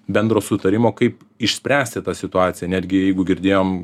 bendro sutarimo kaip išspręsti tą situaciją netgi jeigu girdėjom